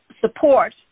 support